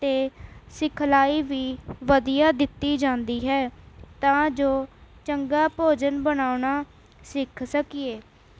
ਅਤੇ ਸਿਖਲਾਈ ਵੀ ਵਧੀਆ ਦਿੱਤੀ ਜਾਂਦੀ ਹੈ ਤਾਂ ਜੋ ਚੰਗਾ ਭੋਜਨ ਬਣਾਉਣਾ ਸਿੱਖ ਸਕੀਏ